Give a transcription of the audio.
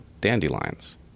dandelions